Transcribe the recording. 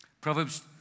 Proverbs